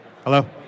Hello